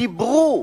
דיברו,